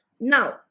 Now